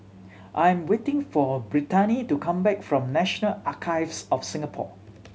I am waiting for Brittani to come back from National Archives of Singapore